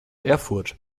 erfurt